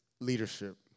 leadership